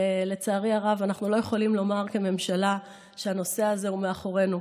לצערי הרב אנחנו לא יכולים לומר כממשלה שהנושא הזה מאחורינו.